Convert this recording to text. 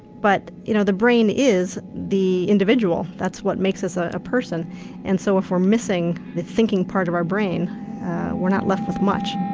but you know the brain is the individual, that's what makes us a person and so if we're missing the thinking part of our brain we're not left with much.